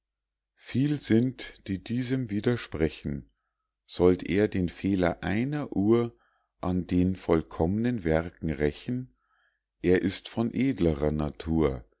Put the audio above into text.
viel sind die diesem widersprechen sollt er den fehler einer uhr an den vollkommnen werken rächen er ist von edlerer natur